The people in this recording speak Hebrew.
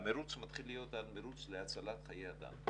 המרוץ מתחיל להיות מרוץ להצלת חיי אדם,